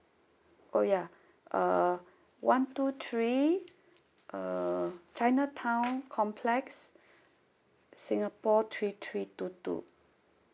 oh ya uh one two three uh chinatown complex singapore three three two two